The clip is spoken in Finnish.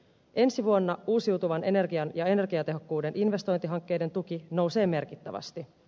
ensi vuonna uusiutuvan energian ja energiatehokkuuden investointihankkeiden tuki nousee merkittävästi